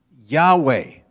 Yahweh